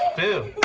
boo!